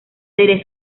serie